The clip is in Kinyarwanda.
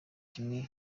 kimwe